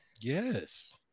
Yes